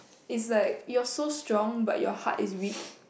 is like you're so strong but your heart is weak